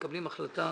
מקבלים החלטה